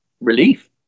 relief